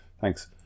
Thanks